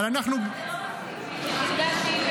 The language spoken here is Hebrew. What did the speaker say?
אבל אנחנו ------ זה לא רציני,